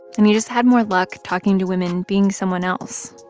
and he just had more luck talking to women being someone else.